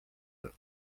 six